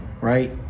right